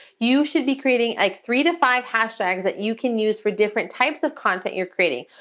you should be creating like three to five hashtags that you can use for different types of content you're creating.